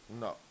No